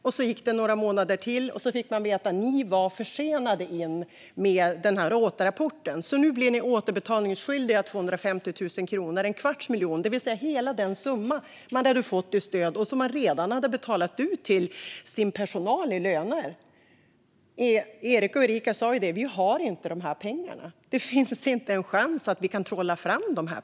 Det gick några månader till, och sedan fick de veta: Ni var för sena med återrapporten, så nu blir ni återbetalningsskyldiga. De måste alltså betala 250 000 kronor, en kvarts miljon, det vill säga hela den summa de fått i stöd och redan betalat ut i löner till sin personal. Erik och Erica sa till mig: Vi har inte de här pengarna. Det finns inte en chans att vi kan trolla fram dem.